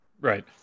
Right